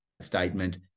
statement